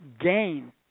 gain